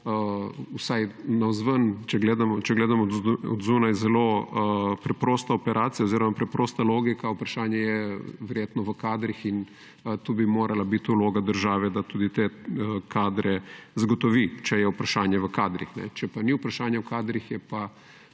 vsaj navzven, če gledamo od zunaj, zelo preprosta operacija oziroma preprosta logika. Vprašanje je verjetno v kadrih in tu bi morala biti vloga države, da te kadre zagotovi, če je vprašanje v kadrih. Če ni vprašanje v kadrih, je pa